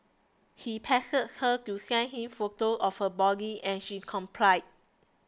he pestered her to send him photos of her body and she complied